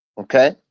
Okay